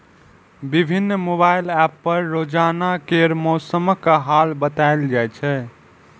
विभिन्न mobile app पर रोजाना केर मौसमक हाल बताएल जाए छै